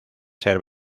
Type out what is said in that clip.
ser